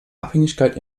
abhängigkeit